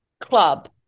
club